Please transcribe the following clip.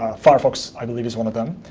ah firefox, i believe, is one of them,